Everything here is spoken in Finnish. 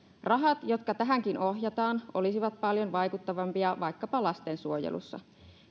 rahat jotka tähänkin ohjataan olisivat paljon vaikuttavampia vaikkapa lastensuojelussa